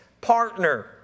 partner